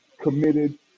committed